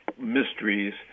mysteries